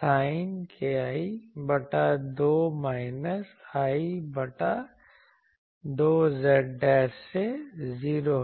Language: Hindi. sin kl बटा 2 माइनस I बटा 2 z' से 0 है